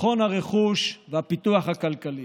ביטחון הרכוש והפיתוח הכלכלי.